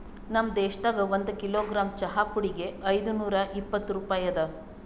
ನಮ್ ದೇಶದಾಗ್ ಒಂದು ಕಿಲೋಗ್ರಾಮ್ ಚಹಾ ಪುಡಿಗ್ ಐದು ನೂರಾ ಇಪ್ಪತ್ತು ರೂಪಾಯಿ ಅದಾ